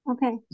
Okay